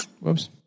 Whoops